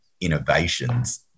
innovations